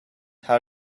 how